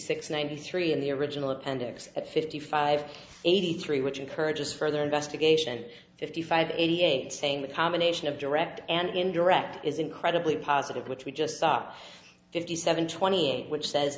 six ninety three in the original appendix at fifty five eighty three which encourages further investigation fifty five eighty eight saying that combination of direct and indirect is incredibly positive which would just stop fifty seven twenty eight which says